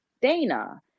Dana